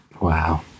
Wow